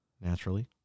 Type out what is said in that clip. naturally